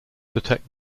detect